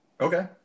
Okay